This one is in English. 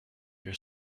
your